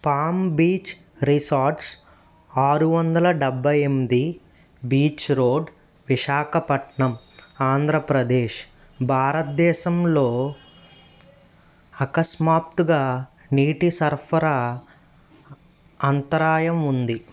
palm beach resorts ఆరు వందల డెబ్బై ఎనిమిది బీచ్ రోడ్ విశాఖపట్నం ఆంధ్రప్రదేశ్ భారత్దేశంలో అకస్మాత్తుగా నీటి సరఫరా అంతరాయం ఉంది